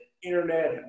internet